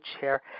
chair